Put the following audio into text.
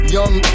Young